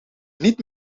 niet